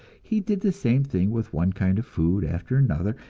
he did this same thing with one kind of food after another,